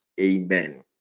Amen